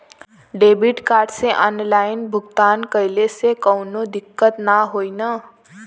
Debit card से online भुगतान कइले से काउनो दिक्कत ना होई न?